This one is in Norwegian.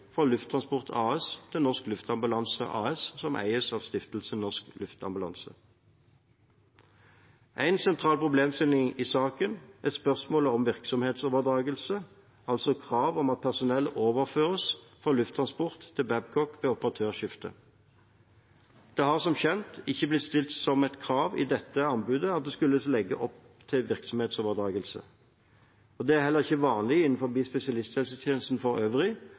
fra Lufttransport til Norsk Luftambulanse, som eies av Stiftelsen Norsk Luftambulanse. En sentral problemstilling i saken er spørsmålet om virksomhetsoverdragelse, altså krav om at personell overføres fra Lufttransport til Babcock ved operatørskifte. Det har, som kjent, ikke blitt stilt som et krav i dette anbudet at det skulle legges opp til en virksomhetsoverdragelse. Det er heller ikke vanlig innenfor spesialisthelsetjenesten for øvrig